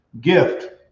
gift